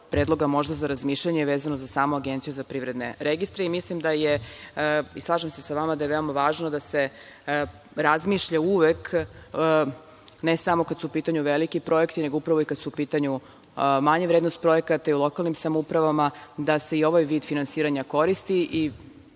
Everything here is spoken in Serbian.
predloga možda za razmišljanje vezano za samu Agenciju za privredne registre. Mislim i slažem se sa vama da je veoma važno da se razmišlja uvek, ne samo kada su u pitanju veliki projekti, nego upravo i kada je u pitanju manja vrednost projekata i lokalnih samouprava, da se i ovaj vid finansiranja koristi.